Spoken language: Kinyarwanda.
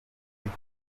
icyo